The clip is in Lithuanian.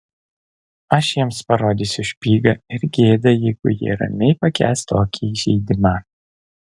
aš jiems parodysiu špygą ir gėda jeigu jie ramiai pakęs tokį įžeidimą